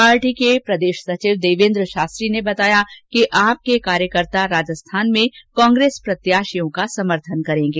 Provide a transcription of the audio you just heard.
party के प्रदेश सचिव देवेन्द्र शास्त्री ने बताया कि आप के कार्यकर्ता राजस्थान में कांग्रेस प्रत्याशियों का समर्थन करेंगे